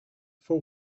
for